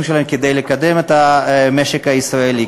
הכספים שלהם כדי לקדם את המשק הישראלי,